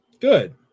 Good